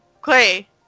Clay